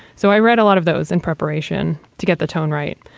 so i read a lot of those in preparation to get the tone right.